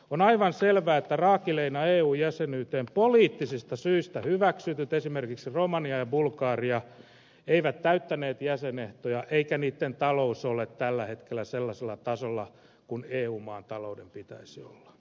on aivan selvää että raakileina eu jäsenyyteen poliittisista syistä hyväksytyt esimerkiksi romania ja bulgaria eivät täyttäneet jäsenehtoja eikä niiden talous ole tällä hetkellä sellaisella tasolla kuin eu maan talouden pitäisi olla